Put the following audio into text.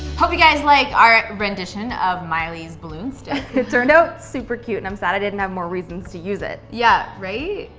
hope you guys liked like our rendition of miley's ballon stick. it turned out super cute and i'm sad i didn't have more reasons to use it. yeah, right?